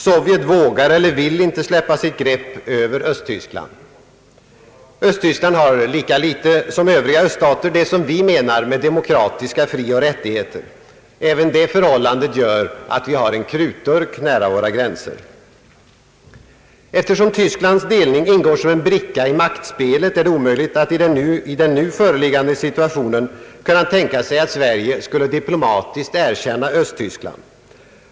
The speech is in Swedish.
Sovjet vågar eller vill inte släppa sitt grepp om Östtyskland. Östtyskland har lika litet som övriga öststater det som vi menar med demokratiska frioch rättigheter. Även detta förhållande innebär att det finns en krutdurk nära våra gränser. Eftersom Tysklands delning ingår som en bricka i maktspelet, är det omöjligt att i den nu föreliggan de situationen tänka sig att Sverige skulle diplomatiskt erkänna Östtyskland.